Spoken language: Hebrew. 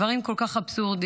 דברים כל כך אבסורדים.